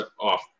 off